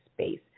space